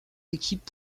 équipes